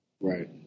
Right